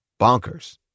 bonkers